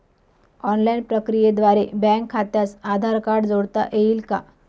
Online प्रक्रियेद्वारे bank खात्यास Aadhaar card जोडता येईल का?